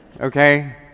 Okay